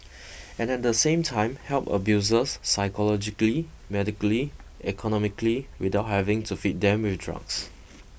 and at the same time help abusers psychologically medically economically without having to feed them with drugs